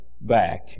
back